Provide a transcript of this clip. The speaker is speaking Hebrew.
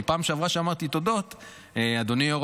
כי בפעם שעברה שאמרתי תודות אדוני יו"ר